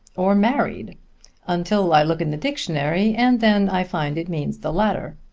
or married until i look in the dictionary, and then i find it means the latter.